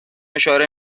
اشاره